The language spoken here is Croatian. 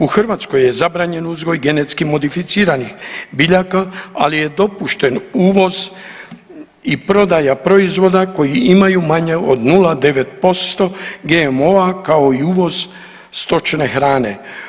U Hrvatskoj je zabranjen uzgoj genetski modificiranih biljaka, ali je dopušten uvoz i prodaja proizvoda koji imaju manje od 0,9% GMO-a kao i uvoz stočne hrane.